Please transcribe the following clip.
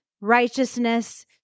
righteousness